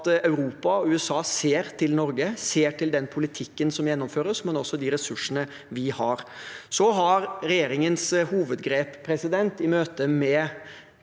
Europa og USA ser til Norge, ser til den politikken som gjennomføres, men også til de ressursene vi har. Regjeringens hovedgrep i møte med